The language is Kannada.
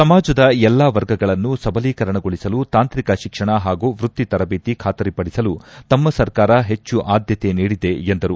ಸಮಾಜದ ಎಲ್ಲಾ ವರ್ಗಗಳನ್ನು ಸಬಲೀಕರಣಗೊಳಿಸಲು ತಾಂತ್ರಿಕ ಶಿಕ್ಷಣ ಹಾಗೂ ವೃತ್ತಿ ತರಬೇತಿ ಖಾತರಿಪಡಿಸಲು ತಮ್ಮ ಸರ್ಕಾರ ಪೆಚ್ಚು ಆಧ್ಯತೆ ನೀಡಿದೆ ಎಂದರು